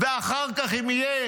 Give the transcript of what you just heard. אחר כך, אם יהיה